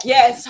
Yes